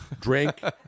drink